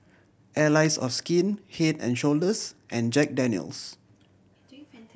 Allies of Skin Head and Shoulders and Jack Daniel's